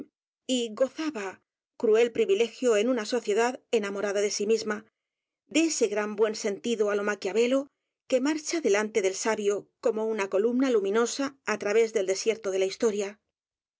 y gozaba cruel privilegio en una sociedad enamorada de sí misma de ese gran buen sentido á lo maquiavelo que marcha delante del sabio como una columnaluminosa á t r a v é s del desierto de la historia qué